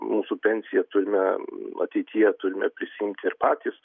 mūsų pensiją turime ateityje turime prisiimti ir patys